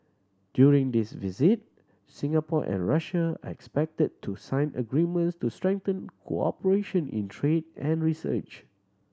during this visit Singapore and Russia are expected to sign agreements to strengthen cooperation in trade and research